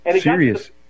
Serious